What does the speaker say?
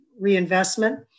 reinvestment